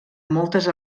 moltes